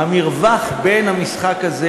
המרווח בין המשחק הזה,